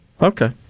Okay